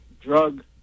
drug